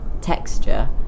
texture